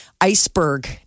iceberg